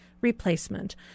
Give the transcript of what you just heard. replacement